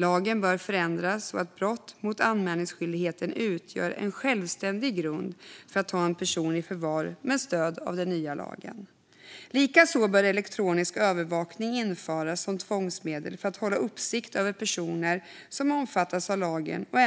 Lagen bör förändras så att brott mot anmälningsskyldigheten utgör en självständig grund för att ta en person i förvar med stöd av den nya lagen. Likaså bör elektronisk övervakning införas som tvångsmedel för att hålla uppsikt över personer som omfattas av lagen och